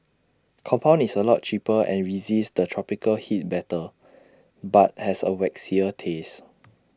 compound is A lot cheaper and resists the tropical heat better but has A waxier taste